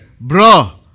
Bro